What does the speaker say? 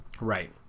Right